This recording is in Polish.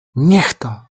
niechta